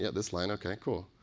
yeah this line. ok. cool.